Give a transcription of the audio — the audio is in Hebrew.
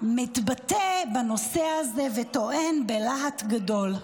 מתבטא בנושא הזה וטוען בלהט גדול: